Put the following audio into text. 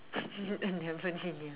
I never knew